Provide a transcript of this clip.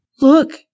Look